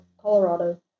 Colorado